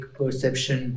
perception